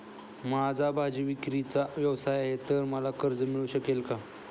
माझा भाजीविक्रीचा व्यवसाय आहे तर मला कर्ज मिळू शकेल का?